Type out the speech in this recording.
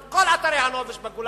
את כל אתרי הנופש בגולן.